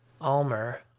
Almer